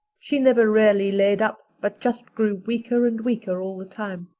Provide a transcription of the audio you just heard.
she never really laid up but just grew weaker and weaker all the time.